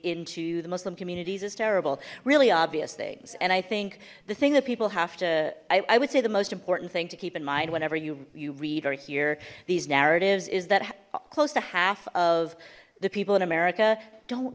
into the muslim communities is terrible really obvious things and i think the thing that people have i would say the most important thing to keep in mind whenever you you read or hear these narratives is that close to half of the people in america don't